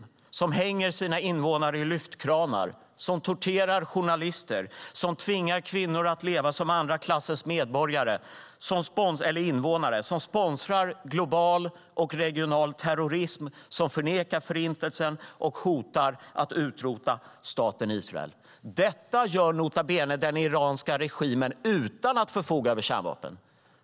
Det är en regim som hänger sina invånare i lyftkranar, torterar journalister, tvingar kvinnor att leva som andra klassens invånare, sponsrar global och regional terrorism, förnekar Förintelsen och hotar att utrota staten Israel. Detta gör, nota bene, den iranska regimen utan att förfoga över kärnvapen.